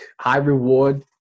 high-reward